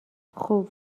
خوب